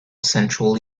central